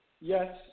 Yes